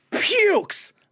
pukes